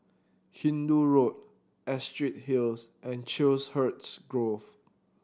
Hindoo Road Astrid Hills and Chiselhurst Grove